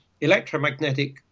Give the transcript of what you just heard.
electromagnetic